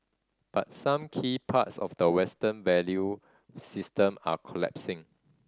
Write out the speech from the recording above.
but some key parts of the Western value system are collapsing